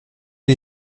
les